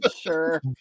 Sure